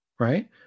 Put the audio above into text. Right